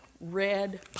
red